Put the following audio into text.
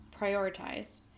Prioritize